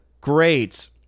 Great